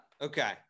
Okay